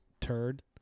turd